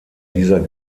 dieser